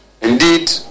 Indeed